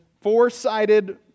four-sided